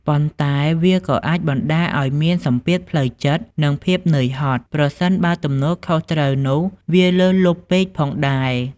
ប៉ុន្តែវាក៏អាចបណ្ដាលឱ្យមានសម្ពាធផ្លូវចិត្ត និងភាពនឿយហត់ ប្រសិនបើទំនួលខុសត្រូវនោះវាលើសលប់ពេកផងដែរ។